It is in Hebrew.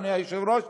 אדוני היושב-ראש,